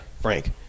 Frank